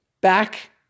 back